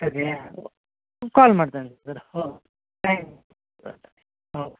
ಸರಿಯಾ ಕಾಲ್ ಮಾಡ್ತೇನೆ sir okay thank okay